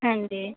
ਹਾਂਜੀ